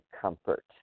comfort